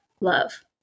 love